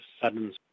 sudden